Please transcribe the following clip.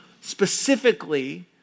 specifically